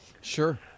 Sure